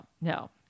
no